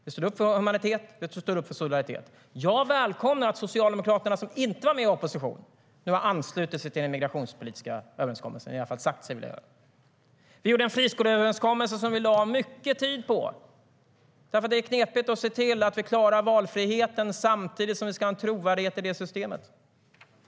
Vi stod upp för vår humanitet, och vi stod upp för solidaritet. Vi gjorde en friskoleöverenskommelse som vi lade mycket tid på. Det är ju knepigt att se till att vi klarar valfriheten samtidigt som vi ska ha en trovärdighet i det systemet.